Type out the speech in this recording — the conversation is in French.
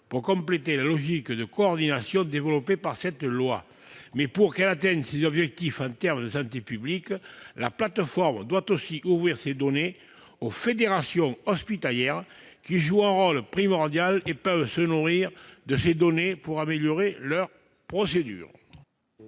pour compléter la logique de coordination développée par cette loi. Pour qu'elle atteigne ses objectifs en termes de santé publique, la plateforme doit aussi ouvrir ses données aux fédérations hospitalières, qui jouent un rôle primordial et peuvent se nourrir de ces données pour améliorer leurs procédures.